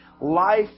Life